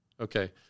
Okay